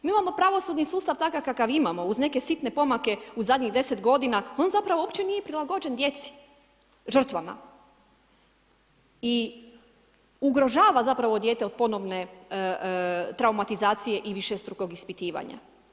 Mi imamo pravosudni sustav takav kakav imamo uz neke sitne pomake u zadnjih 10 godina, on zapravo uopće nije prilagođen djeci žrtvama i ugrožava zapravo dijete od ponovne traumatizacije i višestrukog ispitivanja.